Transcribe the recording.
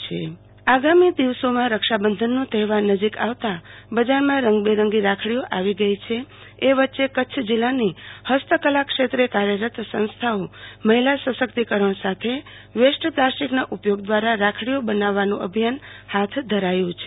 આરતી ભદ્દ રાખડી આગામી દિવસોમાં રક્ષાબંધનનો તહેવાર નજીક આવતા બજારમાં રંગબેરંગી રાખડીઓ આવી ગઈ છે એ વચ્ચે કચ્છ જીલ્લાની ફસ્તકલા ક્ષેત્રે કાર્યરત સંસ્થાઓ મહિલા સશક્તિકરણ સાથે વેસ્ટ પ્લાસ્ટિક નો ઉપયોગ દ્વારા રાખડીઓ બનાવવાનું અભિયાન હાથ ધર્યું છે